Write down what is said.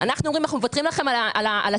אנחנו מוותרים לכם על התקרה,